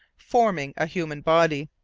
forming a human body,